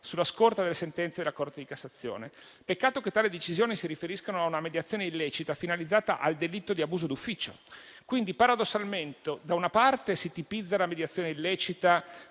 sulla scorta delle sentenze della Corte di cassazione. Peccato che tali decisioni si riferiscano a una mediazione illecita finalizzata al delitto di abuso d'ufficio. Quindi, paradossalmente, da una parte si tipizza la mediazione illecita